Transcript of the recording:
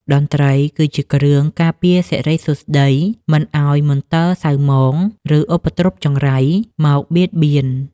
តន្ត្រីគឺជាគ្រឿងការពារសិរីសួស្ដី មិនឱ្យមន្ទិលសៅហ្មង ឬឧបទ្រពចង្រៃមកបៀតបៀន។